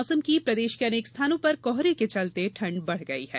मौसम प्रदेश के अनेक स्थानों पर कोहरे के चलते ठंड बढ़ गई है